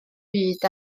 byd